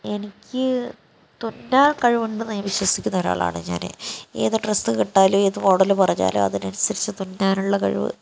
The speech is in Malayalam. എനിക്ക് തുന്നാൻ കഴിവുണ്ടെന്ന് ഞാൻ വിശ്വസിക്കുന്ന ഒരാളാണ് ഞാൻ ഏത് ഡ്രസ്സ് കണ്ടാലും ഏത് മോഡൽ പറഞ്ഞാലും അതിനനുസരിച്ച് തുന്നാനുള്ള കഴിവ്